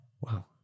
Wow